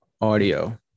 Audio